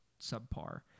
subpar